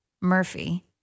Murphy